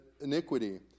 iniquity